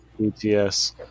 BTS